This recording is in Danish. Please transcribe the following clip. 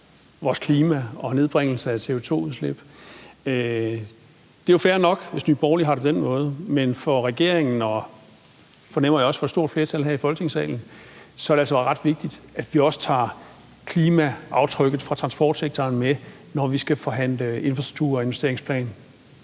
vores klima og nedbringelse af CO₂-udslip. Det er jo fair nok, hvis Nye Borgerlige har det på den måde, men for regeringen og, fornemmer jeg, også for et stort flertal her i Folketingssalen er det altså ret vigtigt, at vi også tager klimaaftrykket fra transportsektoren med, når vi skal forhandle infrastrukturinvesteringsplan.